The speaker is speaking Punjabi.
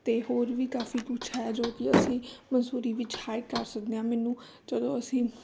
ਅਤੇ ਹੋਰ ਵੀ ਕਾਫੀ ਕੁਛ ਹੈ ਜੋ ਕਿ ਅਸੀਂ ਮਨਸੂਰੀ ਵਿੱਚ ਹਾਈਕ ਕਰ ਸਕਦੇ ਹਾਂ ਮੈਨੂੰ ਜਦੋਂ ਅਸੀਂ